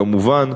כמובן,